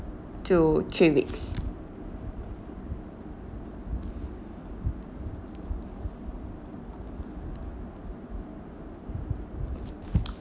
to three weeks